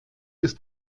ist